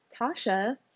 Tasha